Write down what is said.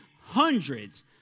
hundreds